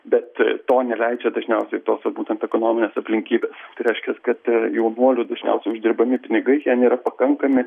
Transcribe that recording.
bet to neleidžia dažniausiai tos va būtent ekonominės aplinkybės tai reiškias kad jaunuolių dažniausiai uždirbami pinigai jie nėra pakankami